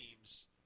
teams